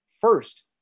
first